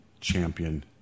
champion